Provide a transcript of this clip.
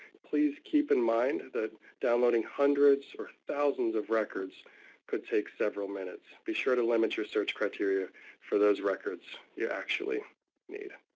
please keep in mind that downloading hundreds or thousands of records could take several minutes. be sure to limit your search criteria for those records you actually need.